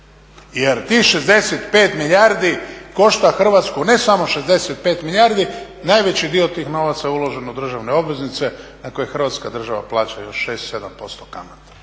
jer tih 65 milijardi košta Hrvatsku ne samo 65 milijardi, najveći dio tih novaca je uložen u državne obveznice na koje Hrvatska država plaća još 6-7% kamata.